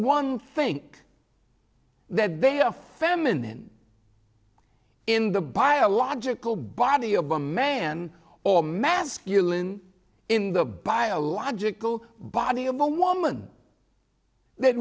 one think that they are feminine in the biological body of a man or masculine in the biological body a moment th